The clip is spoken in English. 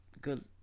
good